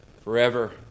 forever